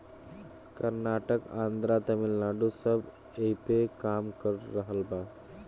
कर्नाटक, आन्द्रा, तमिलनाडू सब ऐइपे काम कर रहल बा